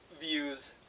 views